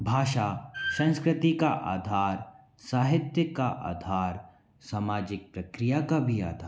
भाषा संस्कृती का आधार साहित्य का अधार सामाजिक प्रक्रिया का भी आधार